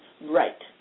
Right